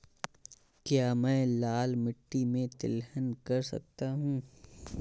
क्या मैं लाल मिट्टी में तिलहन कर सकता हूँ?